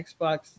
xbox